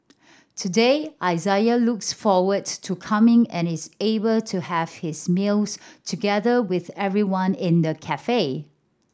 today Isaiah looks forwards to coming and is able to have his meals together with everyone in the cafe